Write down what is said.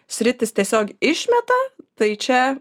sritys tiesiog išmeta tai čia